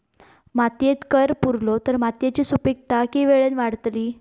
मातयेत कैर पुरलो तर मातयेची सुपीकता की वेळेन वाडतली?